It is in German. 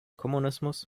kommunismus